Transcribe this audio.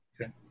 Okay